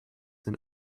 than